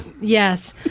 Yes